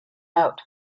out